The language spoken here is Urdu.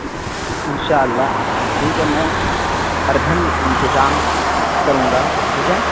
ان شاء اللہ ٹھیک ہے میں پربھند انتظام کروں گا ٹھیک ہے